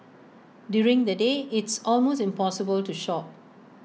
during the day it's almost impossible to shop